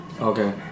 Okay